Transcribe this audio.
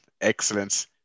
excellent